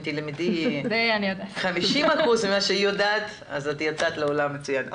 אם תלמדי 50% ממה שהיא יודעת אז יצאת לעולם באופן מצוין.